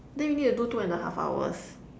then we need to do two and a half hours